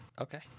Okay